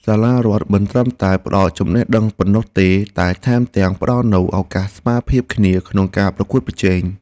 សាលារដ្ឋមិនត្រឹមតែផ្តល់ចំណេះដឹងប៉ុណ្ណោះទេតែថែមទាំងផ្តល់នូវឱកាសស្មើភាពគ្នាក្នុងការប្រកួតប្រជែង។